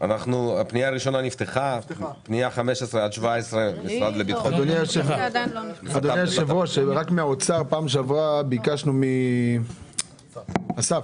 אדוני היושב ראש, בפעם שעברה ביקשנו מאסף